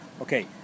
Okay